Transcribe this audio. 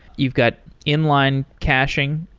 you've got inline caching.